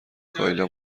کایلا